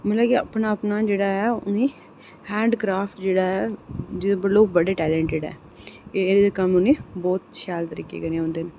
मतलब अपना अपना जेह्ड़ा ऐ उ'नें ई हैंड क्रॉफ्ट जेह्ड़ा ऐ लोक बड़े टैलेंटड़ ऐ एह् कम्म उ'नें बहुत शैल तरीकै कन्नै औंदे न